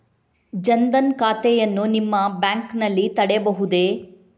ಜನ ದನ್ ಖಾತೆಯನ್ನು ನಿಮ್ಮ ಬ್ಯಾಂಕ್ ನಲ್ಲಿ ತೆರೆಯಬಹುದೇ?